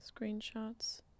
Screenshots